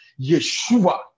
Yeshua